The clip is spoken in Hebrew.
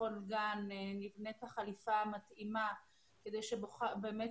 לכל גן נבנית החליפה המתאימה כדי שבאמת